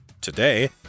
Today